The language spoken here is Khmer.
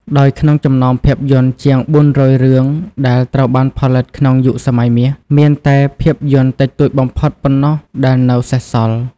ដោយក្នុងចំណោមភាពយន្តជាង ៤០០ រឿងដែលត្រូវបានផលិតក្នុង យុគសម័យមាស មានតែភាពយន្តតិចតួចបំផុតប៉ុណ្ណោះដែលនៅសេសសល់។